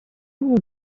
ont